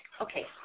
Okay